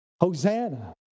Hosanna